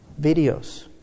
Videos